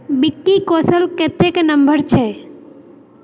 विक्की कौशल कतेक नम्हर छै